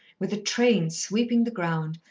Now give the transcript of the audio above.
with a train sweeping the ground,